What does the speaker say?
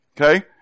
okay